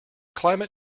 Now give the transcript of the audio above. climate